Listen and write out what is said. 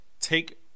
take